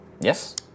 yes